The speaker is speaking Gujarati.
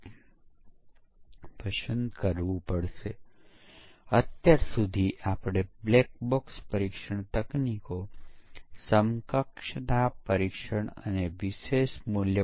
જેથી સિસ્ટમ વિકાસ આગળ વધે છે આપણે ઉપયોગ કરીએ છીએ આ ફિલ્ટર્સનો અને ભૂલોને અસરકારક રીતે ઘટાડવા માટે આપણે ઘણા પ્રકારનાં ફિલ્ટર્સનો ઉપયોગ કરવાની જરૂર છે